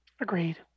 agreed